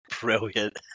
Brilliant